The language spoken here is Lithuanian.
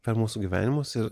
per mūsų gyvenimus ir